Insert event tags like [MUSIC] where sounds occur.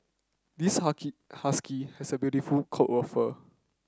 this [UNINTELLIGIBLE] husky has a beautiful coat of fur